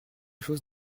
chose